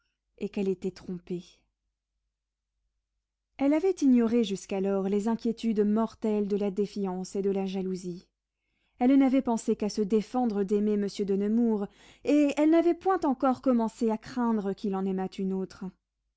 et qu'elle était trompée elle avait ignoré jusqu'alors les inquiétudes mortelles de la défiance et de la jalousie elle n'avait pensé qu'à se défendre d'aimer monsieur de nemours et elle n'avait point encore commencé à craindre qu'il en aimât une autre